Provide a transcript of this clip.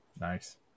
Nice